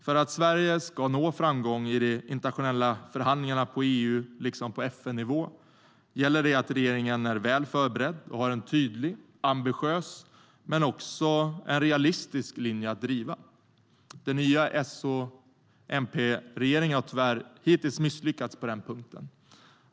För att Sverige ska nå framgång i de internationella förhandlingarna på EU och FN-nivå gäller det att regeringen är väl förberedd och har en tydlig, ambitiös men också realistisk linje att driva. Den nya S och MP-regeringen har tyvärr hittills misslyckats på den punkten.